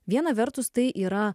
viena vertus tai yra